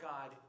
God